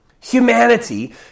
humanity